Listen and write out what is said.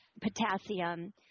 potassium